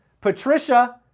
patricia